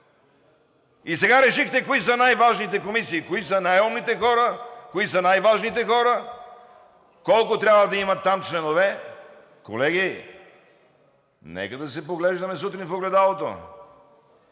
И сега решихте кои са най-важните комисии, кои са най-умните хора, кои са най-важните хора, колко трябва да има там членове! Колеги, нека да се поглеждаме сутрин в огледалото.